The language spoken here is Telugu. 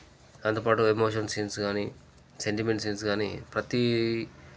దాంతో పాటు ఎమోషన్ సీన్స్ కానీ సెంటిమెంట్ సీన్స్ కానీ ప్రతీ